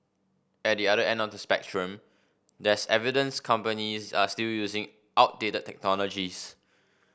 at the other end of the spectrum there's evidence companies are still using outdated technologies